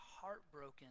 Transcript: heartbroken